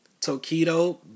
tokido